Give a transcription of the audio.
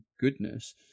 goodness